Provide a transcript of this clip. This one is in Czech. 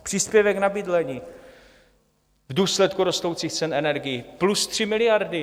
Příspěvek na bydlení v důsledku rostoucích cen energií plus 3 miliardy.